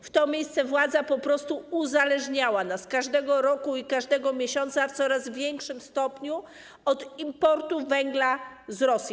W to miejsce władza po prostu uzależniała nas, każdego roku i każdego miesiąca, w coraz większym stopniu od importu węgla z Rosji.